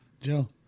Joe